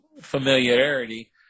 familiarity